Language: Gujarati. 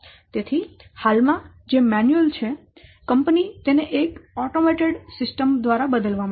તેથી હાલમાં જે મેન્યુઅલ છે કંપની તેને એક સ્વચાલિત સિસ્ટમ દ્વારા બદલવા માંગે છે